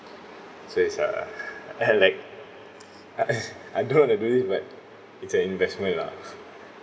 so it's uh uh like I don't want to do this but it's an investment lah